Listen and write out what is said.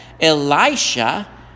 Elisha